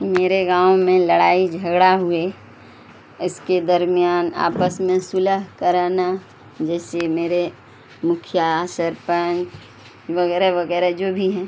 میرے گاؤں میں لڑائی جھگڑا ہوئے اس کے درمیان آپس میں صلح کرانا جیسے میرے مکھیا سرپنچ وغیرہ وغیرہ جو بھی ہیں